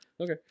Okay